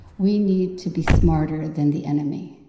we need to be smarter than the enemy.